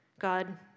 God